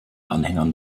anhängern